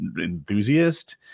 enthusiast